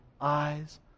eyes